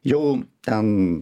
jau ten